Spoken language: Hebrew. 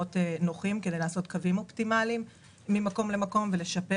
כדי לעשות קווים אופטימאליים ממקום למקום ולשפר